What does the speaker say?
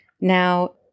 Now